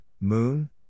moon